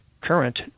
current